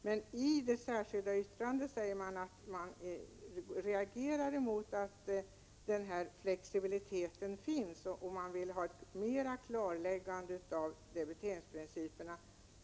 Men i det särskilda yttrandet säger man att man reagerar mot att den här flexibiliteten finns och vill ha ett klarläggande i fråga om debiteringsprinciperna.